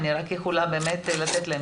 אני רק יכולה להגיד לכם,